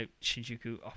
Shinjuku